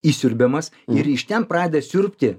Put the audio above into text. įsiurbiamas ir iš ten pradeda siurbti